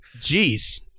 Jeez